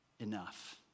enough